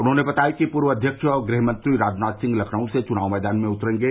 उन्होंने बताया कि पूर्व अध्यक्ष और गृहमंत्री राजनाथ सिंह लखनऊ से चुनाव मैदान में उतरेंगे